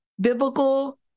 biblical